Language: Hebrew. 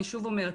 אני שוב אומרת,